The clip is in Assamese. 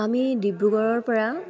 আমি ডিব্ৰুগড়ৰপৰা